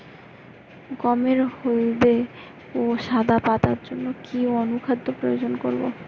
গমের হলদে ও সাদা পাতার জন্য কি অনুখাদ্য প্রয়োগ করব?